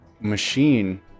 machine